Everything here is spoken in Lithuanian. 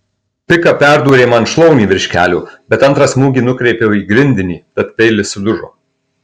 pika perdūrė man šlaunį virš kelio bet antrą smūgį nukreipiau į grindinį tad peilis sudužo